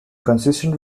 consistent